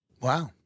Wow